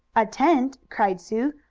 a tent! cried sue.